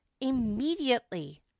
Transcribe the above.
immediately